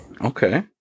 Okay